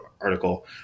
article